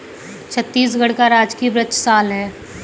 छत्तीसगढ़ का राजकीय वृक्ष साल है